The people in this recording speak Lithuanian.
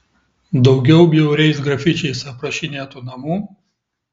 daugiau bjauriais grafičiais aprašinėtų namų